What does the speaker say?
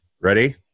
ready